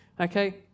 okay